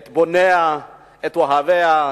את בוניה, את אוהביה.